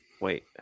Wait